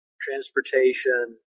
transportation